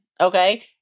Okay